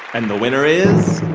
and the winner is.